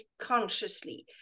consciously